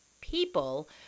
people